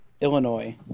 Illinois